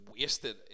wasted